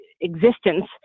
existence